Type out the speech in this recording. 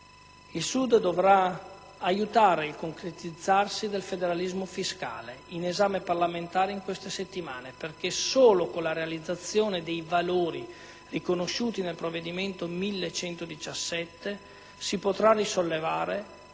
Il Sud dovrà aiutare il concretizzarsi del federalismo fiscale, in esame parlamentare in queste settimane, perché solo con la realizzazione dei valori riconosciuti nel provvedimento di cui all'Atto